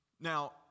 Now